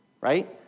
right